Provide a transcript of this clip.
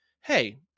Hey